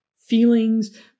feelings